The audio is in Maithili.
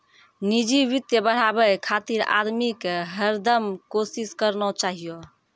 निजी वित्त बढ़ाबे खातिर आदमी के हरदम कोसिस करना चाहियो